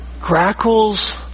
Grackles